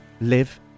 live